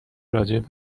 راجع